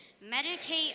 Meditate